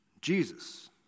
Jesus